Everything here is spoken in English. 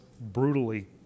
brutally